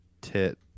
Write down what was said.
Tit